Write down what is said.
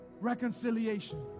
reconciliation